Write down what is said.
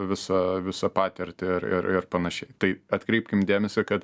visą visą patirtį ir ir ir panašiai tai atkreipkim dėmesį kad